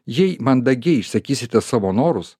jei mandagiai išsakysite savo norus